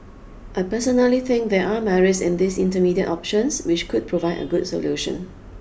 I personally think there are merits in these intermediate options which could provide a good solution